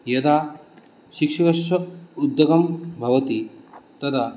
यदा शिक्षकस्य उद्योगं भवति तदा